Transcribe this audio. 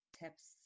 tips